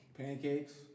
pancakes